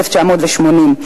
1980,